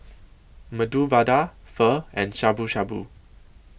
Medu Vada Pho and Shabu Shabu